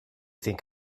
think